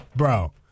Bro